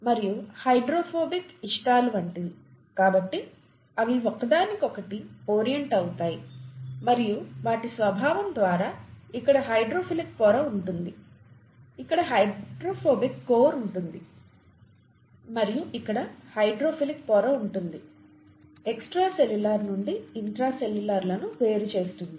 మరియు హైడ్రోఫోబిక్ ఇష్టాలు వంటివి కాబట్టి అవి ఒకదానికొకటి ఓరియంట్ అవుతాయి మరియు వాటి స్వభావం ద్వారా ఇక్కడ హైడ్రోఫిలిక్ పొర ఉంటుంది ఇక్కడ హైడ్రోఫోబిక్ కోర్ ఉంది మరియు ఇక్కడ హైడ్రోఫిలిక్ పొర ఉంటుంది ఎక్స్ట్రా సెల్యూలర్ నుండి ఇంట్రా సెల్యూలర్ లను వేరు చేస్తుంది